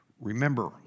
Remember